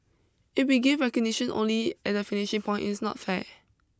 if we give recognition only at the finishing point it's not fair